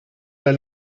der